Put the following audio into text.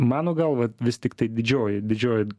mano galva vis tiktai didžioji didžioji